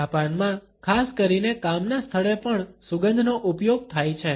જાપાનમાં ખાસ કરીને કામના સ્થળે પણ સુગંધનો ઉપયોગ થાય છે